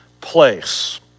place